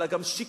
אלא גם שיקמו,